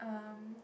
um